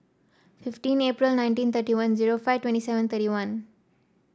fifteen April nineteen thirty one zero five twenty seven thirty one